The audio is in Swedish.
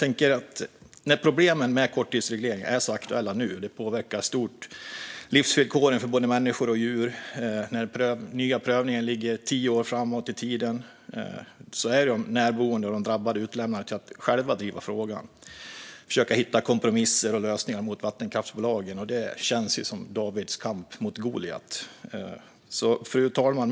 När problemen med korttidsreglering är så aktuella och har så stor påverkan på livsvillkoren för både människor och djur, och när den nya prövningen ligger tio år framåt i tiden, är de närboende och de drabbade utlämnade till att själva driva frågan och försöka hitta kompromisser och lösningar med vattenkraftsbolagen. Det känns som Davids kamp mot Goljat. Fru talman!